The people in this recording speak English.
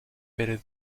better